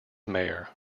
mayor